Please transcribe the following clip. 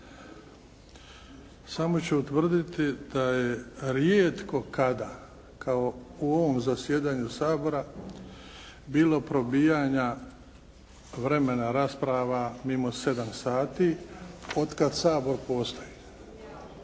samo ću utvrditi da je rijetko kada kao u ovom zasjedanju Sabora bilo probijanja vremena rasprava mimo 7 sati otkako Sabor postoji.